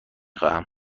خواهیم